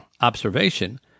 observation